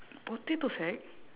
potato sack